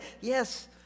yes